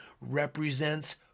represents